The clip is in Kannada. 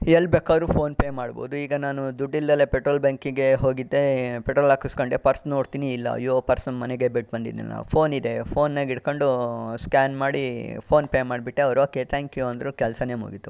ಎಲ್ಲಿ ಬೇಕಾದ್ರೂ ಫೋನ್ ಪೇ ಮಾಡ್ಬಹುದು ಈಗ ನಾನು ದುಡ್ಡು ಇಲ್ಲದಲೇ ಪೆಟ್ರೋಲ್ ಬಂಕಿಗೆ ಹೋಗಿದ್ದೆ ಪೆಟ್ರೋಲ್ ಹಾಕಿಸಿಕೊಂಡೆ ಪರ್ಸ್ ನೋಡ್ತೀನಿ ಇಲ್ಲ ಅಯ್ಯೋ ಪರ್ಸನ್ ಮನೆಗೆ ಬಿಟ್ಟು ಬಂದಿದ್ನಲ್ಲ ಫೋನ್ ಇದೆ ಫೋನಾಗ ಇಟ್ಕೊಂಡು ಸ್ಕ್ಯಾನ್ ಮಾಡಿ ಫೋನ್ ಪೇ ಮಾಡ್ಬಿಟ್ಟೆ ಅವ್ರು ಓಕೆ ಥ್ಯಾಂಕ್ ಯು ಅಂದರೂ ಕೆಲಸನೇ ಮುಗೀತು